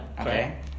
Okay